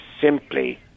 simply